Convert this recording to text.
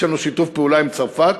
יש לנו שיתוף פעולה עם צרפת